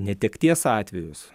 netekties atvejus